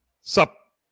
Sup